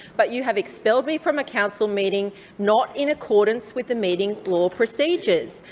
but you have expelled me from a council meeting not in accordance with the meeting law procedures.